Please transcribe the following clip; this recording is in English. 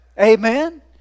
Amen